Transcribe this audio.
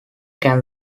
can